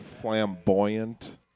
flamboyant